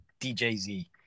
DJZ